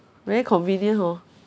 very convenient hor